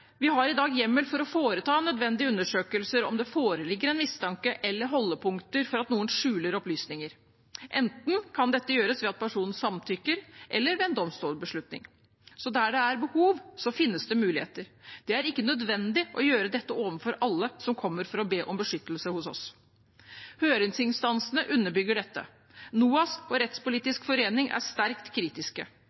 Vi har i dag hjemmel for å foreta nødvendige undersøkelser om det foreligger en mistanke eller holdepunkter for at noen skjuler opplysninger. Dette kan gjøres enten ved at personen samtykker, eller ved en domstolbeslutning. Så der det er behov, finnes det muligheter. Det er ikke nødvendig å gjøre dette overfor alle som kommer for å be om beskyttelse hos oss. Høringsinstansene underbygger dette. NOAS og Rettspolitisk forening er sterkt kritiske.